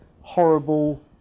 horrible